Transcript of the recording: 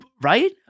right